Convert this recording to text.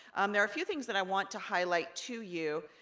um there are a few things that i want to highlight to you.